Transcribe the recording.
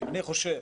אני חושב,